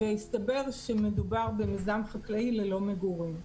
והסתבר שמדובר במיזם חקלאי ללא מגורים.